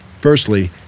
Firstly